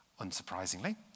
unsurprisingly